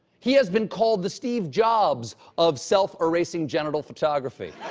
he's been called the steve jobs of self-erasing genital photography